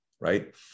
Right